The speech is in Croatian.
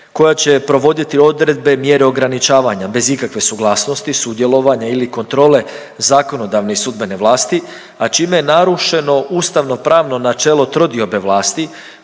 koja će provoditi odredbe mjere ograničavanja bez ikakve suglasnosti, sudjelovanja ili kontrole zakonodavne i sudbene vlasti, a čime je narušeno ustavnopravno načelo trodiobe vlasti